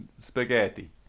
Spaghetti